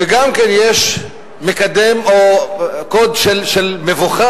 וגם יש מקדם או קוד של מבוכה,